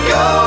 go